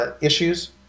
issues